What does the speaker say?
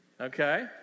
Okay